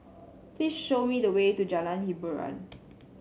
please show me the way to Jalan Hiboran